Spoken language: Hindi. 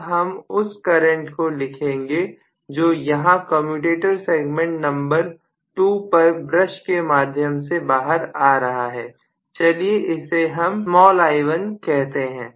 अब हम उस करंट को लिखेंगे जो यहां कमयुटेटर सेगमेंट नंबर 2 पर ब्रश के माध्यम से बाहर आ रहा है चलिए इसे हम i1 कहते हैं